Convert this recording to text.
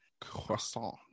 Croissant